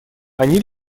они